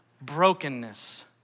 brokenness